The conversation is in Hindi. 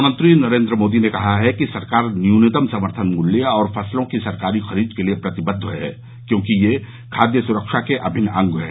प्रधानमंत्री नरेन्द्र मोदी ने कहा है कि सरकार न्यूनतम समर्थन मूल्य और फसलों की सरकारी खरीद के लिए प्रतिबद्ध है क्योंकि ये खाद्य सुरक्षा के अमिन्न अंग हैं